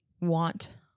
want